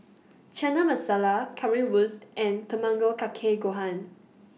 Chana Masala Currywurst and Tamago Kake Gohan